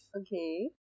Okay